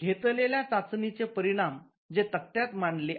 घेतलेल्या चाचणीचे परिणाम जे तक्त्यात मांडले आहेत